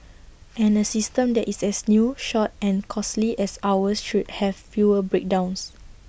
and A system that is as new short and costly as ours should have fewer breakdowns